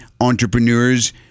entrepreneurs